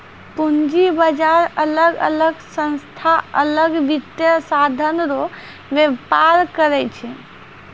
पूंजी बाजार अलग अलग संस्था अलग वित्तीय साधन रो व्यापार करै छै